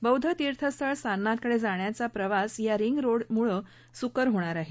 बौद्ध तीर्थस्थळ सारनाथकडे जाण्याचा प्रवास या रिंग रोड मुळं सुकर होणार आहे